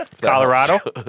Colorado